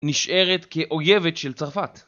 נשארת כאויבת של צרפת.